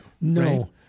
No